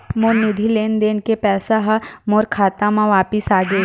मोर निधि लेन देन के पैसा हा मोर खाता मा वापिस आ गे